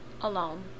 alone